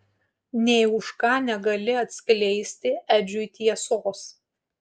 nė už ką negali atskleisti edžiui tiesos